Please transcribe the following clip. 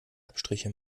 abstriche